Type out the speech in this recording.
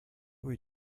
were